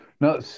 No